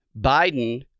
Biden